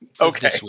Okay